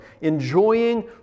enjoying